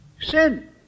sin